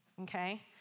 Okay